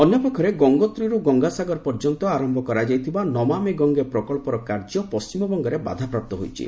ଅନ୍ୟପକ୍ଷରେ ଗଙ୍ଗୋତ୍ରୀରୁ ଗଙ୍ଗାସାଗର ପର୍ଯ୍ୟନ୍ତ ଆରମ୍ଭ କରାଯାଇଥିବା 'ନମାମି ଗଙ୍ଗେ' ପ୍ରକଳ୍ପର କାର୍ଯ୍ୟ ପଣ୍ଟିମବଙ୍ଗରେ ବାଧାପ୍ରାପ୍ତ ହୋଇଛି